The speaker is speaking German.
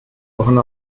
wochen